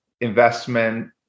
investment